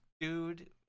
dude